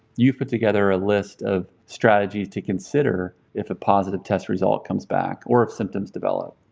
you put together a list of strategies to consider if a positive test result comes back or if symptoms develop.